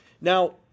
Now